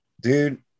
Dude